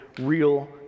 real